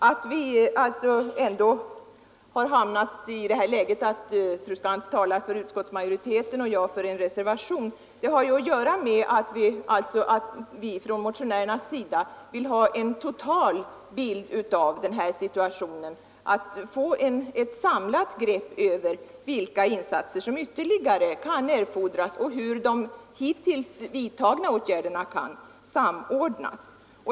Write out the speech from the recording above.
Att vi ändå har hamnat i det läget att fru Skantz talar för majoriteten och jag för en reservation har att göra med att man från motionärernas sida vill ha en totalbild av situationen, ett samlat grepp över vilka insatser som ytterligare kan erfordras och en mening om hur de hittills vidtagna åtgärderna kan samordnas.